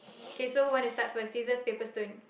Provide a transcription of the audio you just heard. okay so who wanna start first scissors paper stone